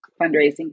fundraising